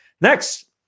Next